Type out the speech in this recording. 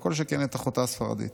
וכל שכן את אחותה הספרדית.